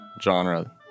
genre